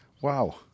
Wow